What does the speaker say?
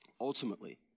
Ultimately